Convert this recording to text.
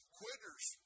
quitters